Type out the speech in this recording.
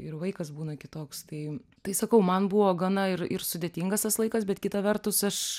ir vaikas būna kitoks tai tai sakau man buvo gana ir ir sudėtingastas laikas bet kita vertus aš